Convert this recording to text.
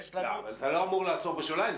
אתה לא אמור לעצור בשוליים.